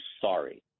sorry